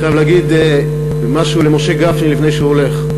אני חייב להגיד משהו למשה גפני לפני שהוא הולך.